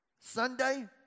Sunday